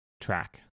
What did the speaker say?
track